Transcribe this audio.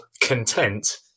content